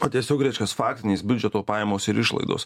o tiesiog reiškias faktinės biudžeto pajamos ir išlaidos